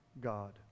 God